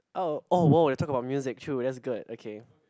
oh oh oh talk about music true that's good okay